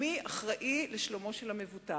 מי אחראי לשלומו של המבוטח?